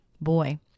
Boy